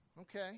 Okay